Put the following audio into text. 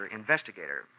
investigator